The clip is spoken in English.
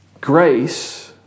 grace